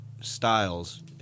styles